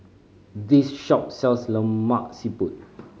this shop sells Lemak Siput